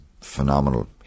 phenomenal